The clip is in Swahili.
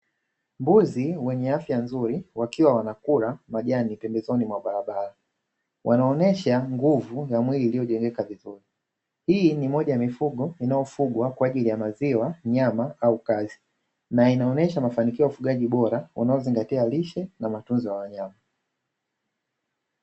Mbuzi wenye afya nzuri wakiwa wanakula majani pembezoni mwa barabara, wanonyesha nguvu ya mwili uliojengeka vizuri hii ni moja ya mifugo inayofugwa kwaajili ya maziwa, nyama au kazi na inaonesha mafanikio ya ufugaji bora unaozingatia lishe na matunzo ya wanyama.